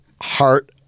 heart